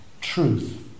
truth